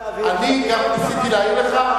אני גם ניסיתי להעיר לך.